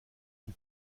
une